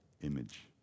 image